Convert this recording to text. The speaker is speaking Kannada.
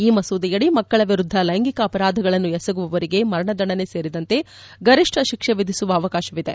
ಈ ಮಸೂದೆಯಡಿ ಮಕ್ಕಳ ವಿರುದ್ದ ಲೈಂಗಿಕ ಅಪರಾಧಗಳನ್ನು ಎಸಗುವವರಿಗೆ ಮರಣದಂಡನೆ ಸೇರಿದಂತೆ ಗರಿಷ್ಠ ಶಿಕ್ಷೆ ವಿಧಿಸುವ ಅವಕಾಶವಿದೆ